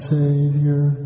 Savior